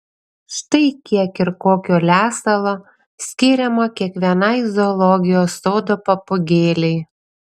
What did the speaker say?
štai kiek ir kokio lesalo skiriama kiekvienai zoologijos sodo papūgėlei